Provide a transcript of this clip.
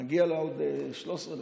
מגיעות לה עוד 13 דקות.